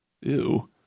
Ew